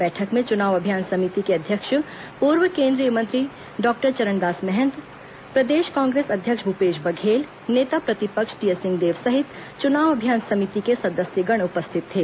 बैठक में चुनाव अभियान समिति के अध्यक्ष पूर्व केंद्रीय मंत्री डॉक्टर चरणदास महंत प्रदेश कांग्रेस अध्यक्ष भूपेश बघेल नेता प्रतिपक्ष टीएस सिंहदेव सहित चुनाव अभियान समिति के सदस्यगण उपस्थित थे